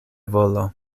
volo